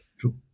True